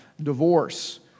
divorce